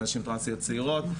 לנשים טרנסיות צעירות,